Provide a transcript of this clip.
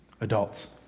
Adults